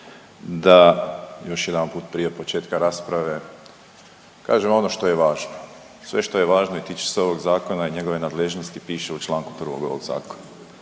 da još jedanput prije početka rasprave kažem ono što je važno. Sve što je važno i tiče se ovog zakona i njegove nadležnosti piše u čl. 1. ovog zakona.